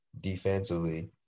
Defensively